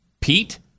pete